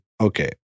okay